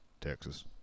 Texas